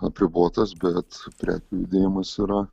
apribotas bet prekių judėjimas yra